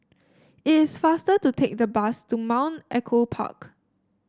it is faster to take the bus to Mount Echo Park